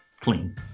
clean